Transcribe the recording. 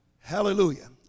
Hallelujah